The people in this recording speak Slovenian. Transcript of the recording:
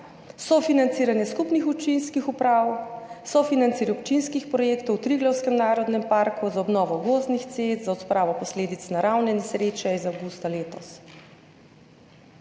sofinanciranje skupnih občinskih uprav, sofinanciranje občinskih projektov v Triglavskem narodnem parku, za obnovo gozdnih cest, za odpravo posledic naravne nesreče iz avgusta letos.